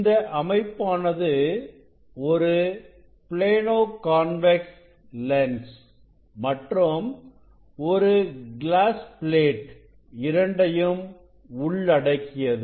இந்தஅமைப்பானது ஒரு plano convex lens மற்றும் ஒரு கிளாஸ் பிளேட் இந்த இரண்டையும் உள்ளடக்கியது